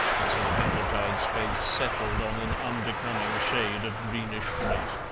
mrs. packletide's face settled on an unbecoming shade of greenish white.